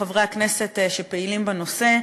חברי הכנסת שפעילים בנושא.